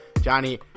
Johnny